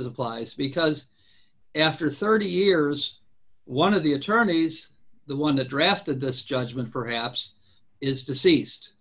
's applies because after thirty years one of the attorneys the one that drafted this judgement perhaps is deceased